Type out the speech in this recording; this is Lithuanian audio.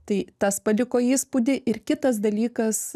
tai tas paliko įspūdį ir kitas dalykas